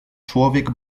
człowiek